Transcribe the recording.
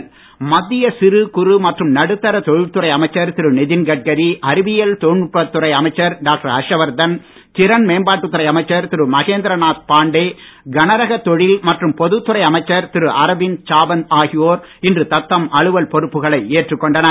பொறுப்பேற்பு மத்திய சிறு குறு மற்றும் நடுத்தா தொழில் துறை அமைச்சர் திரு நிதின்கட்கரி அறிவியல் தொழில்நுட்பத் துறை அமைச்சர் டாக்டர் ஹர்ஷவர்தன் திறன் மேம்பாட்டுத் துறை அமைச்சர் திரு மகேந்திரநாத் பாண்டே கனரக தொழில் மற்றும் பொதுத் துறை அமைச்சர் திரு அரவிந்த் சாவந்த் ஆகியோர் இன்று தத்தம் அலுவல் பொறுப்புகளை ஏற்றுக் கொண்டனர்